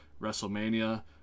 WrestleMania